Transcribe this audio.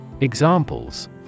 Examples